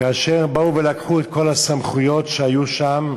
כאשר באו ולקחו את כל הסמכויות שהיו שם,